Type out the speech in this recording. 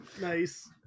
Nice